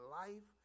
life